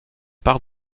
par